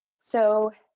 so